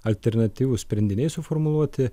alternatyvūs sprendiniai suformuluoti